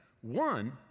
One